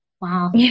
Wow